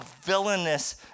villainous